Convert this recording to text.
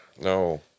No